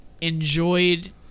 enjoyed